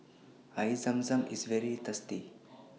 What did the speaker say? Air Zam Zam IS very tasty